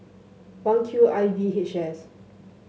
one Q I V H S